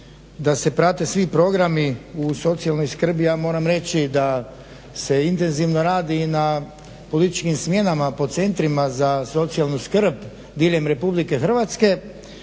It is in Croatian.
da se prate svi programi u socijalnoj skrbi, ja moram reći da se intenzivno radi i na političkim smjenama po centrima za socijalnu skrb diljem RH, a